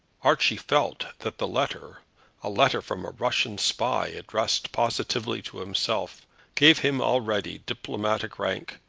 archie felt that the letter a letter from a russian spy addressed positively to himself gave him already diplomatic rank,